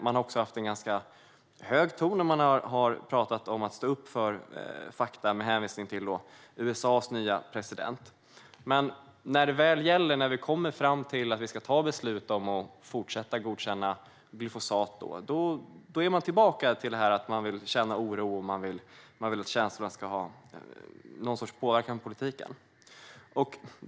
Man har också haft en ganska hög ton när man talat om att stå upp för fakta med hänvisning till USA:s nya president. Men när det väl gäller och vi ska ta beslut om att fortsätta godkänna glyfosat är man tillbaka till det här med att man vill känna oro och vill att känslorna ska ha något slags påverkan på politiken.